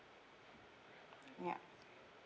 yup